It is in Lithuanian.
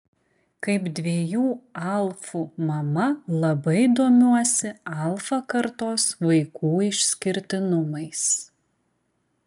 kaip dviejų alfų mama labai domiuosi alfa kartos vaikų išskirtinumais